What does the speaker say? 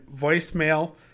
voicemail